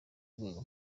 rwego